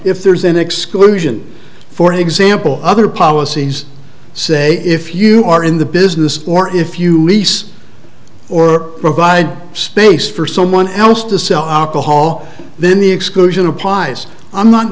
if there's an exclusion for example other policies say if you are in the business or if you lease or provide space for someone else to sell alcohol then the exclusion applies